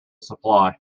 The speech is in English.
supply